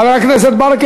חבר הכנסת ברכה,